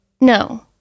No